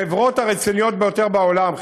החברות הרציניות ביותר בעולם,